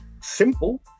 simple